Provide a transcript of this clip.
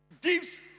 gives